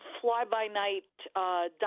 fly-by-night